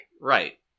Right